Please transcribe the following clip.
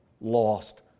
lost